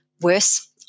worse